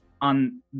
on